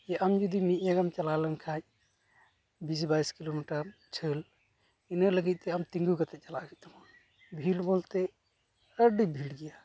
ᱟᱢ ᱡᱩᱫᱤ ᱢᱤᱫ ᱤᱭᱟᱹᱨᱮᱢ ᱪᱟᱞᱟᱣ ᱞᱮᱱᱠᱷᱟᱱ ᱵᱤᱥ ᱵᱟᱭᱤᱥ ᱠᱤᱞᱳᱢᱤᱴᱟᱨ ᱡᱷᱟᱹᱞ ᱤᱱᱟᱹ ᱞᱟᱹᱜᱤᱫᱛᱮ ᱟᱢ ᱛᱤᱸᱜᱩ ᱠᱟᱛᱮᱫ ᱪᱟᱞᱟᱜ ᱦᱩᱭᱩᱜ ᱛᱟᱢᱟ ᱵᱷᱤᱲ ᱵᱚᱞᱛᱮ ᱟᱹᱰᱤ ᱵᱷᱤᱲ ᱜᱮᱭᱟ